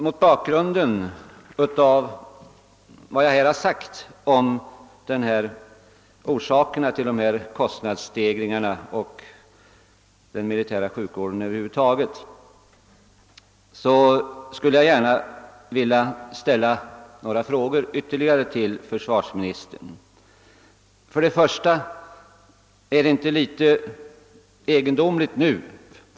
Mot bakgrunden av vad jag sagt om orsakerna till kostnadsstegringarna och om den militära sjukvården över huvud taget skulle jag vilja ställa ytterligare några frågor till försvarsministern. 1.